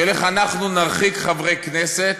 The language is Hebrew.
של איך אנחנו נרחיק חברי כנסת,